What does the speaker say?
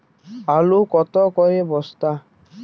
আলু কত করে বস্তা?